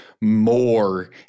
more